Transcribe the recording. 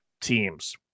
teams